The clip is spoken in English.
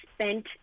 spent